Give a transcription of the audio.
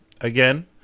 again